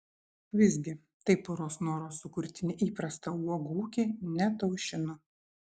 visgi tai poros noro sukurti neįprastą uogų ūkį neataušino